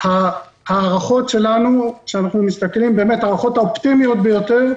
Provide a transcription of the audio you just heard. ההערכות שלנו, ההערכות האופטימיות ביותר,